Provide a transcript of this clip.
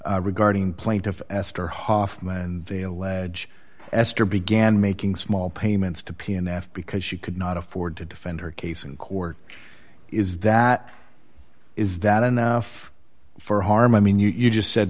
regarding plaintiff esther hoffman and they allege esther began making small payments to p n f because she could not afford to defend her case in court is that is that enough for harm i mean you just said